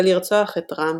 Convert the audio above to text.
ולרצוח את רהם,